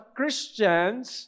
Christians